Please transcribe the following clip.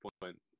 point